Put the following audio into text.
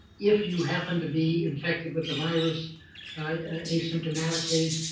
if you happen to be infected with the virus asymptomatically,